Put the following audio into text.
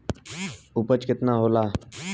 उपज केतना होला?